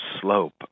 slope